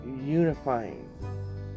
unifying